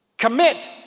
Commit